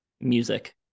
music